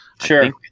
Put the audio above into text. Sure